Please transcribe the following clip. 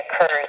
occurs